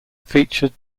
featured